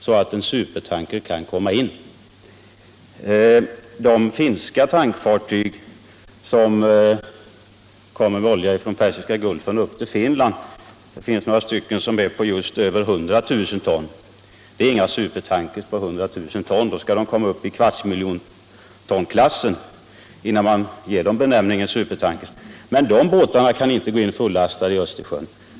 Det finns några finska tankfartyg på just över 100 000 ton som kommer med olja från Persiska gulfen upp till Finland, men det är inga supertankers. För att räknas som sådana måste de komma upp i kvartsmiljontonklassen. Men inte ens dessa finska båtar kan gå in fullastade i Östersjön.